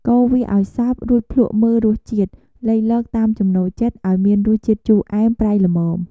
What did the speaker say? កូរវាឱ្យសព្វ រួចភ្លក្សមើលរសជាតិ លៃលកតាមចំណូលចិត្តឱ្យមានរសជាតិជូរអែម ប្រៃល្មម។